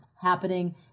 happening